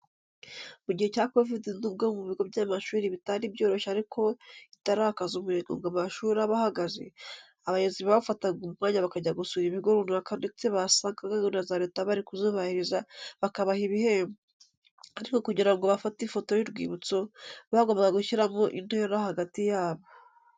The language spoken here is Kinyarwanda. Mu gihe cya kovidi nubwo mu bigo by'amashuri bitari byoroshye ariko itarakaza umurego ngo amashuri abe ahagaze, abayobozi bafataga umwanya bakajya gusura ibigo runaka ndetse basanga gahunda za Leta bari kuzubahiriza bakabaha ibihembo, ariko kugira ngo bafate ifoto y'urwibutso bagombaga gushyiramo intera hagati yabo.